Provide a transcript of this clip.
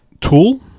tool